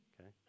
Okay